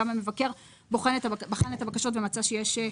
גם המבקר בחן את הבקשות ומצא שיש.